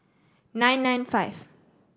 nine nine five